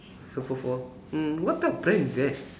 super four mm what type of brand is that